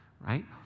right